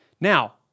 Now